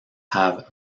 have